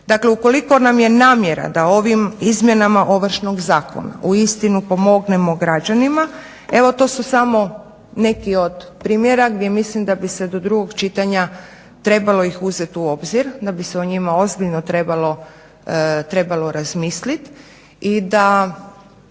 Dakle, ukoliko nam je namjera da ovim izmjenama Ovršnog zakona uistinu pomognemo građanima evo to su samo neki od primjera gdje mislim da bi se do drugog čitanja trebalo ih uzeti u obzir, da bi se o njima ozbiljno trebalo razmisliti i da